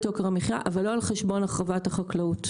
יוקר המחיה אבל לא על חשבון החרבת החקלאות.